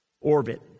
orbit